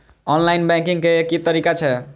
Online banking के की तरीका छै?